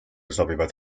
sobivad